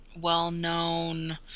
well-known